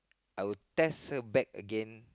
I would test her back again